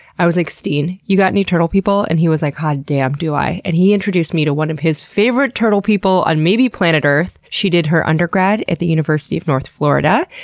i was like, steen, you got any turtle people? and he was like, hot damn, do i. and he introduced me to one of his favorite turtle people on maybe planet earth. she did her undergrad at the university of north florida.